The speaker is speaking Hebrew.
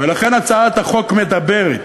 ולכן הצעת החוק מדברת